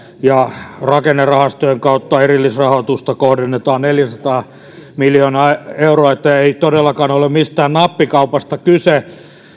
ja rakennerahastojen kautta erillisrahoitusta kohdennetaan neljäsataa miljoonaa euroa niin että ei todellakaan ole mistään nappikaupasta kyse